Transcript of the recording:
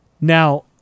Now